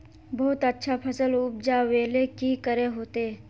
बहुत अच्छा फसल उपजावेले की करे होते?